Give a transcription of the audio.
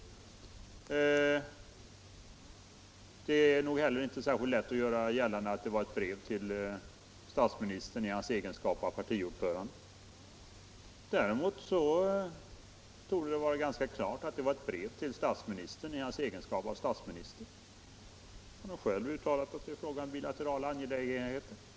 statsrådens Det är nog inte heller särskilt lätt att göra gällande att det var ett tjänsteutövning brev till statsministern i hans egenskap av partiordförande. Däremot torde — m.m. det vara ganska klart att det var ett brev till statsministern i hans egenskap av statsminister. Han har själv uttalat sig i frågan om bilaterala ange Statsministerns lägenheter med Cuba.